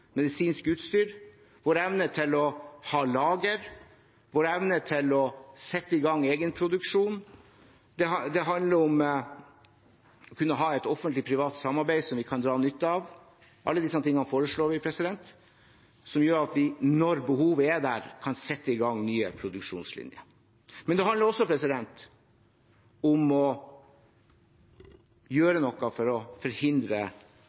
medisinsk utstyr, vår evne til å ha lager, vår evne til å sette i gang egenproduksjon. Det handler om å kunne ha et offentlig-privat samarbeid som vi kan dra nytte av. Alle disse tingene foreslår vi, som gjør at vi, når behovet er der, kan sette i gang nye produksjonslinjer. Men det handler også om å gjøre noe for å forhindre